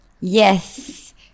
yes